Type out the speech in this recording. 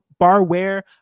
barware